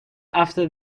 after